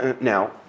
Now